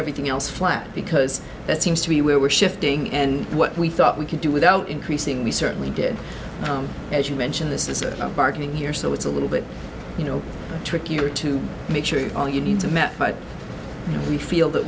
everything else flat because that seems to be where we're shifting and what we thought we could do without increasing we certainly did as you mentioned this is a are coming here so it's a little bit you know trickier to make sure all your needs are met but we feel that